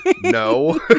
No